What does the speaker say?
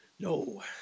No